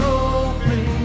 open